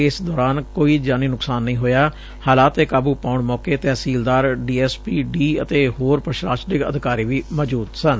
ਇਸ ਦੌਰਾਨ ਕੋਈ ਜਾਨੀ ਨੁਕਸਾਨ ਨਹੀਂ ਹੋਇਆ ਹਾਲਾਤ ਤੇ ਕਾਬੁ ਪਾਉਣ ਮੌਕੇ ਤਹਿਸੀਲਦਾਰ ਡੀ ਐਸ ਪੀ ਡੀ ਅਤੇ ਹੋਰ ਪ੍ਸ਼ਾਸਨਿਕ ਅਧਿਕਾਰੀ ਵੀ ਮੌਜੁਦ ਰਹੇ ਸਨ